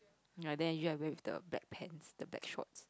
ya then you i wear with the black pants the black shorts